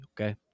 Okay